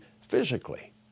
physically